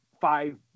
five